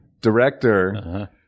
director